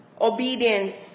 obedience